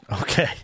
Okay